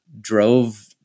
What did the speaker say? drove